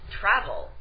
travel